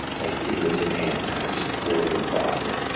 like fingers and hands kind of just poring across it,